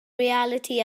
reality